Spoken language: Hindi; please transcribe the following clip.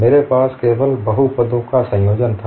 मेरे पास केवल बहुपदों का संयोजन था